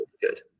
good